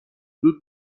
زود